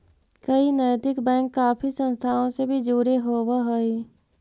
कई नैतिक बैंक काफी संस्थाओं से भी जुड़े होवअ हई